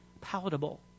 palatable